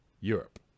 Europe